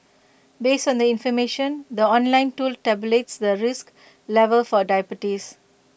based on the information the online tool tabulates the risk level for diabetes